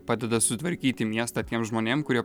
padeda sutvarkyti miestą tiems žmonėm kurie